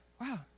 wow